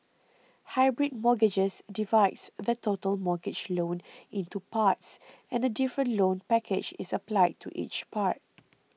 hybrid mortgages divides the total mortgage loan into parts and a different loan package is applied to each part